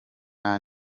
nta